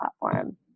platform